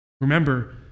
Remember